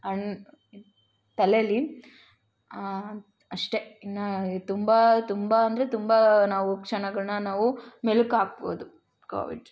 ಅಣ್ಣ ತಲೇಲಿ ಅಷ್ಟೇ ಇನ್ನೂ ತುಂಬ ತುಂಬ ಅಂದರೆ ತುಂಬ ನಾವು ಕ್ಷಣಗಳನ್ನ ನಾವು ಮೆಲುಕು ಹಾಕ್ಬೋದು ಕೋವಿಡ್